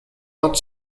not